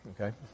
okay